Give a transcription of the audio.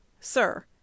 SIR